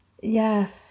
Yes